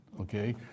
okay